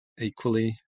equally